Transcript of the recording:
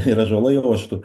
ir ąžuolai oštų